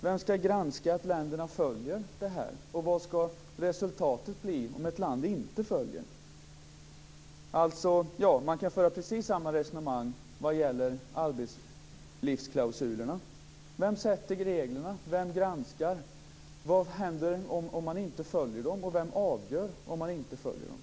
Vem skall granska att länderna följer reglerna, och vad skall resultatet bli om ett land inte följer dem? Man kan föra precis samma resonemang vad gäller arbetlivsklausulerna. Vem sätter reglerna? Vem granskar dem? Vad händer om man inte följer dem, och vem avgör om man följer dem eller inte?